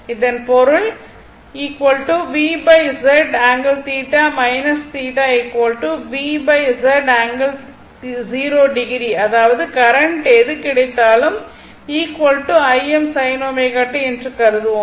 இதன் பொருள் V Z ∠ θ θ V Z ∠0o அதாவது கரண்ட் எது கிடைத்தாலும் Im sin ω t என்று கருதுவோம்